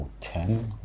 ten